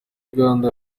uganda